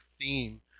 theme